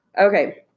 Okay